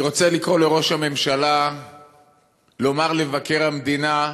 אני רוצה לקרוא לראש הממשלה לומר למבקר המדינה: